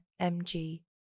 MG